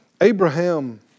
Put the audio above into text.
Abraham